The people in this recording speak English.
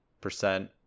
percent